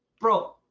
bro